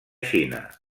xina